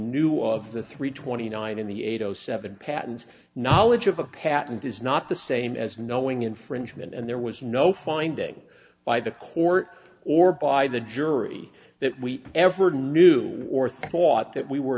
knew of the three twenty nine and the eight zero seven patents knowledge of a patent is not the same as knowing infringement and there was no finding by the court or by the jury that we ever knew or thought that we were